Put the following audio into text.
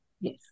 Yes